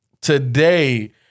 Today